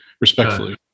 respectfully